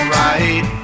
right